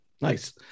nice